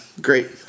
Great